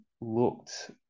looked